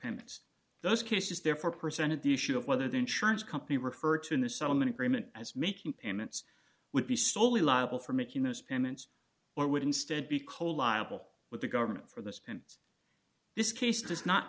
payments those cases therefore presented the issue of whether the insurance company referred to in the settlement agreement as making payments would be soley liable for making those payments or would instead be called liable but the government for this and this case does not